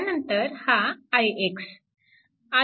त्यानंतर हा ix